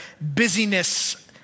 busyness